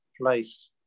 place